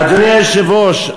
אדוני היושב-ראש,